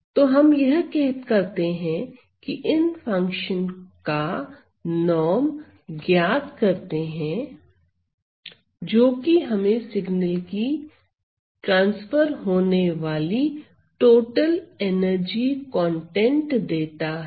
तो हम यह करते हैं कि इन फंक्शन का नॉर्म ज्ञात करते हैं जो कि हमें सिग्नल की ट्रांसफर होने वाली टोटल एनर्जी कंटेंट देता है